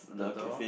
the door